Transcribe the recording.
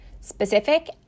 Specific